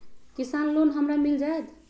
किसान लोन हमरा मिल जायत?